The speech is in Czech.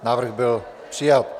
Návrh byl přijat.